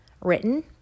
written